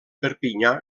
perpinyà